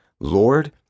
Lord